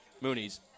Mooney's